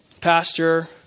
pastor